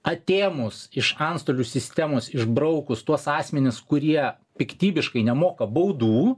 atėmus iš antstolių sistemos išbraukus tuos asmenis kurie piktybiškai nemoka baudų